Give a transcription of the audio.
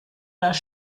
das